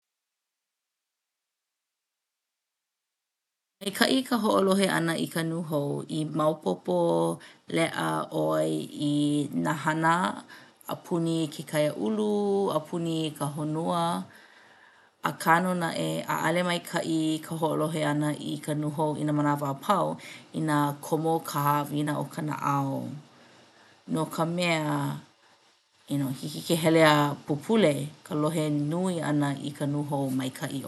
Maikaʻi ka hoʻolohe ʻana i ka nūhou i maopopo leʻa ʻoe i nā hana a puni ke kaiāulu a puni ka honua. Akā nō naʻe ʻaʻole maikaʻi ka hoʻolohe ʻana i ka nūhou i nā manawa a pau inā komo ka haʻawina o ka naʻau no ka mea hiki ke hele a pupule ka lohe nui ʻana i ka nūhou maikaʻi ʻole.